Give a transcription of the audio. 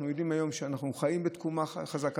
אנחנו יודעים היום שאנחנו חיים בתקומה חזקה.